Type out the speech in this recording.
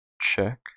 check